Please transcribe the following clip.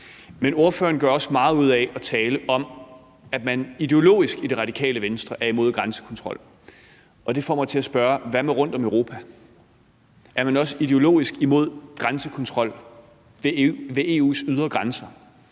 Men ordføreren gør også meget ud af at tale om, at man ideologisk i Radikale Venstre er imod grænsekontrol, og det får mig til at spørge: Hvad med rundt om Europa? Er man også ideologisk imod grænsekontrol ved EU's ydre grænser?